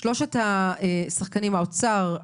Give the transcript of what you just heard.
מאוד מאוד מבורך ששלושת השחקנים האוצר,